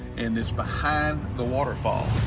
and it's behind the waterfall.